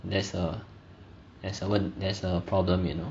there's a there's a 问 there's a problem you know